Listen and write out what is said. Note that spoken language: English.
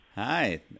Hi